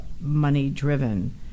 money-driven